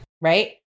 right